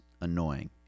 annoying